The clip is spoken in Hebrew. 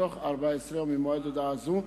בתוך 14 יום ממועד הודעה זו,